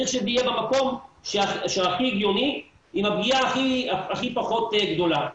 צריך שזה יהיה במקום שהכי הגיוני עם הפגיעה הכי פחות גדולה,